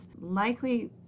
likely